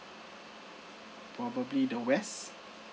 probably the west